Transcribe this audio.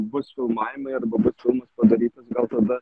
bus filmavimai arba bus filmas padarytas gal tada